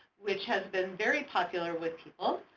which has been very popular with people.